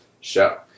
show